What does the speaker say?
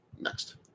Next